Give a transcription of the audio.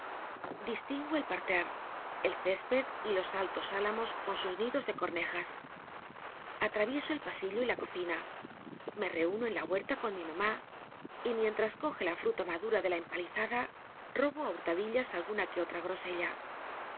distingo el parlerrc el cesped y los altos lijamos con sus nidos de com ejas atrayieso el pasillo y la cocina me renno en la huerta con mi mamü y micnlms coge la fru ta madura de la empalizada robo i hu ladillas alguna que otra grosella